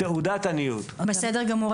בסדר גמור.